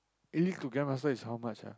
elite to grandmaster is how much ah